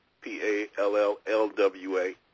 P-A-L-L-L-W-A